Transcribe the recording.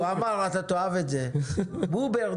מאוד.